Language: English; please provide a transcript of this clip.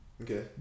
okay